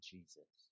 Jesus